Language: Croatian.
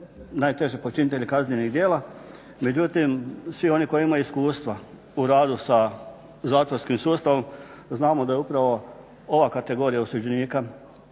najteže počinitelje kaznenih djela. Međutim, svi oni koji imaju iskustva u radu sa zatvorskim sustavom znamo da je upravo ova kategorija osuđenika